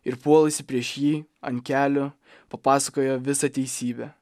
ir puolusi prieš jį ant kelių papasakojo visą teisybę